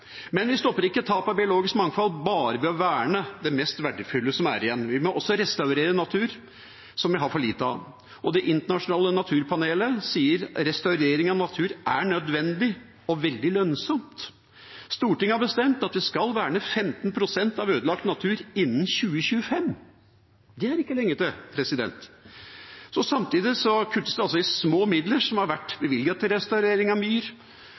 Men vi stopper ikke tapet av biologisk mangfold bare ved å verne det mest verdifulle som er igjen. Vi må også restaurere natur, som vi har for lite av. Det internasjonale naturpanelet sier at restaurering av natur er nødvendig og veldig lønnsomt. Stortinget har bestemt at vi skal verne 15 pst. av ødelagt natur innen 2025. Det er ikke lenge til. Samtidig kuttes det altså i små midler som har vært bevilget til restaurering av myr,